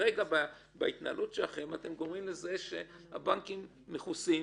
כרגע בהתנהלות שלכם אתם גורמים לזה שהבנקים מכוסים,